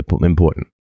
important